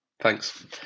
Thanks